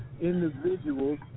individuals